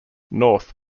north